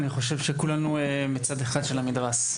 אני חושב שכולנו בצד אחד של המתרס,